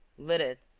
lit it,